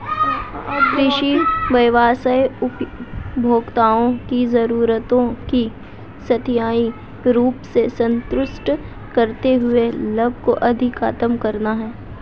कृषि व्यवसाय उपभोक्ताओं की जरूरतों को स्थायी रूप से संतुष्ट करते हुए लाभ को अधिकतम करना है